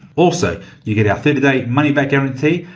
also you get our thirty day money back guarantee,